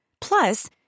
Plus